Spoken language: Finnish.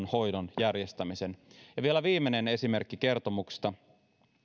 hoidon järjestämisen vielä viimeinen esimerkki kertomuksesta